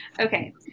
Okay